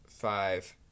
five